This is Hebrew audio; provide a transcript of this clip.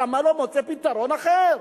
למה הוא לא מוצא פתרון אחר?